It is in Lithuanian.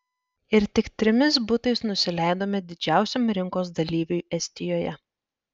ir tik trimis butais nusileidome didžiausiam rinkos dalyviui estijoje